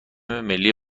ملی